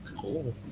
cool